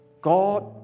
God